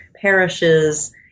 parishes